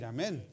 Amen